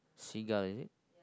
seagull